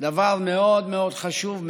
דבר מאוד מאוד חשוב,